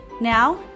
Now